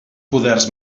poders